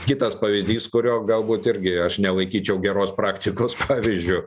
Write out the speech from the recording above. kitas pavyzdys kurio galbūt irgi aš nelaikyčiau geros praktikos pavyzdžiu